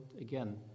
again